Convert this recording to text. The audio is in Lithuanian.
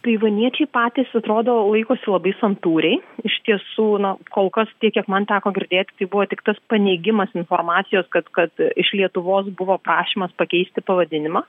taivaniečiai patys atrodo laikosi labai santūriai iš tiesų na kol kas tiek kiek man teko girdėti tai buvo tik tas paneigimas informacijos kad kad iš lietuvos buvo prašymas pakeisti pavadinimą